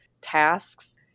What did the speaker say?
tasks